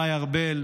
מאי ארבל,